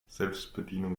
selbstbedienung